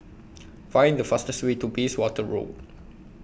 Find The fastest Way to Bayswater Road